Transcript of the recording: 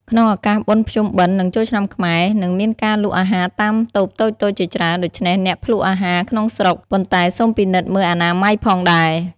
ក្នុងឱកាសបុណ្យភ្ជុំបិណ្ឌ និងចូលឆ្នាំខ្មែរ នឹងមានការលក់អាហារតាមតូបតូចៗជាច្រើន ដូច្នេះអ្នកភ្លក់អាហារក្នុងស្រុក ប៉ុន្តែសូមពិនិត្យមើលអនាម័យផងដែរ។